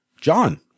John